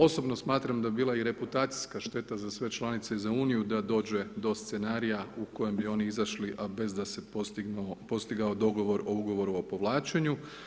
Osobno smatram da bi bila i reputacijska šteta za sve članice i za Uniju da dođe do scenarija u kojem bi oni izašli, a bez da se postigao dogovor o Ugovoru o povlačenju.